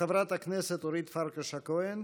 חברת הכנסת אורית פרקש הכהן.